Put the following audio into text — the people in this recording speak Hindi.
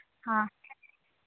हाँ